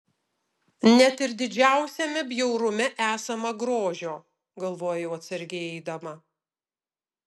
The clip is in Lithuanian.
net ir didžiausiame bjaurume esama grožio galvojau atsargiai eidama